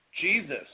Jesus